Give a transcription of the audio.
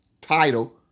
title